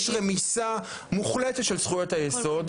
יש רמיסה מוחלטת של זכויות היסוד,